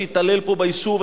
שהתעלל פה ביישוב.